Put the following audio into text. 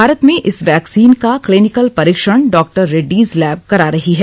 भारत में इस वैक्सीन का क्लीनिकल परीक्षण डॉक्टर रेड्डीज लैब करा रही है